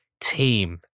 team